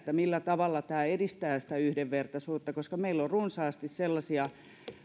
millä tavalla tämä edistää sitä yhdenvertaisuutta koska meillä on runsaasti sellaisia